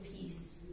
peace